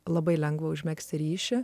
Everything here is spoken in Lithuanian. labai lengva užmegzti ryšį